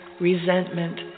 resentment